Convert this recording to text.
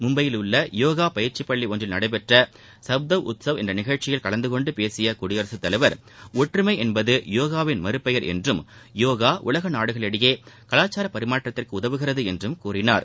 மும்பையில் உள்ள யோகா பயிற்சிப்பள்ளி ஒன்றில் நடைபெற்ற சுப்தவ் உத்சவ் என்ற நிகழ்ச்சியில் கலந்து கொண்டு பேசிய குடியரசு தலைவர் ஒற்றுமை என்பது யோகாவின் மறுபெயர் என்றும் யோகா உலக நாடுகளிடையே கலாச்சாரத்தை ஒன்றிணைக்க உதவுகிறது என்றும் கூறினார்